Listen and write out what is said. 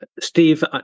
Steve